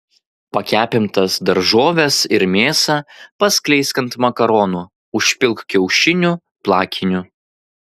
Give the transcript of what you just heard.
pakepintas daržoves ir mėsą paskleisk ant makaronų užpilk kiaušinių plakiniu